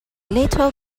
little